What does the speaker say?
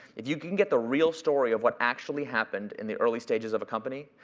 if you can get the real story of what actually happened in the early stages of a company,